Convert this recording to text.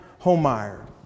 Holmeyer